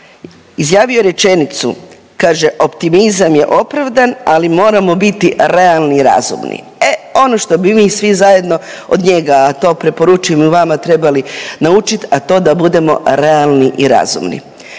Izjavio je rečenicu, kaže, optimizam je opravdan, ali moramo biti realni i razumni. E, ono što bi mi svi zajedno od njega, a to preporučujem i vama, trebali naučit, a to da budemo realni i razumni.